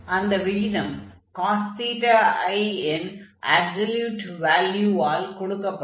அந்த விகிதம் cos i ன் அப்சல்யூட் வால்யூவால் கொடுக்கப்படும்